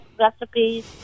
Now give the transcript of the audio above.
recipes